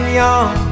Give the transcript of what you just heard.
young